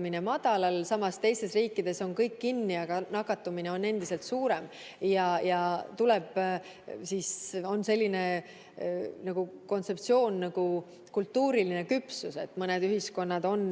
nakatumine madalal, samas teistes riikides on kõik kinni, aga nakatumine on endiselt suurem. On selline kontseptsioon nagu kultuuriline küpsus, st mõned ühiskonnad on